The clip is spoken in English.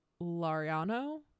Lariano